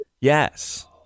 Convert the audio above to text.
Yes